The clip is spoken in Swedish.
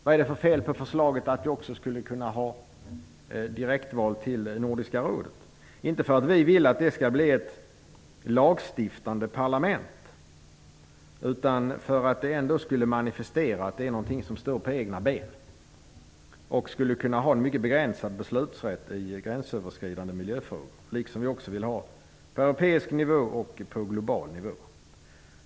Vad är det för fel på förslaget om direktval till Nordiska rådet? Avsikten är inte att Nordiska rådet skall bli ett lagstiftande parlament. Vi menar dock att ett direktval skulle manifestera att Nordiska rådet står på egna ben. Det skulle kunna ha en mycket begränsad beslutsrätt i gränsöverskridande miljöfrågor, liksom vi vill att det skall finnas på europeisk och global nivå.